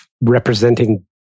representing